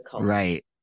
Right